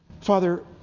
Father